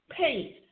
paint